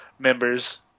members